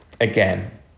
again